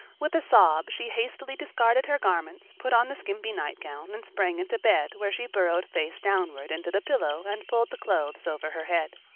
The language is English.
with a sob she hastily discarded her garments, put on the skimpy nightgown and sprang into bed where she burrowed face downward into the pillow and pulled the clothes over her head.